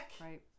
Right